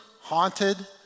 haunted